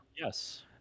yes